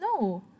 no